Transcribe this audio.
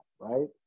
right